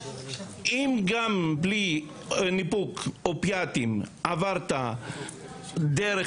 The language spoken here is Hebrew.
אם גם בלי ניפוק אופיאטים עברת דרך